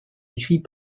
écrits